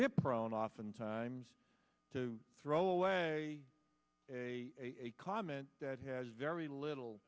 we are prone oftentimes to throw away a comment that has very little